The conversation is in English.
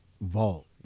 vault